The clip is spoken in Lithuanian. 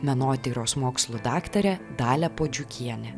menotyros mokslų daktarė dalia puodžiukienė